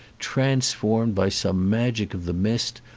transformed by some magic of the mist,